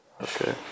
Okay